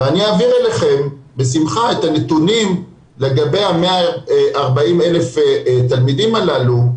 ואני אעביר אליכם בשמחה את הנתונים לגבי ה-140,000 תלמידים הללו,